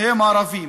הם ערבים.